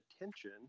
attention